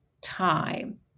time